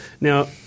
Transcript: Now